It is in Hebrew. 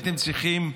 הייתם צריכים,